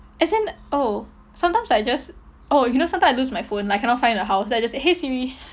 as in oh sometimes I just oh you know sometimes I lose my phone like I cannot find in the house then I just say !hey! siri